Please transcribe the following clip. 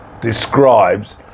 describes